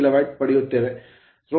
5KW ಪಡೆಯುತ್ತೇವೆ